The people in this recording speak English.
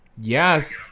Yes